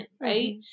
right